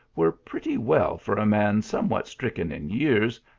were pretty well for a man somewhat stricken in years,